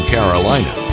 Carolina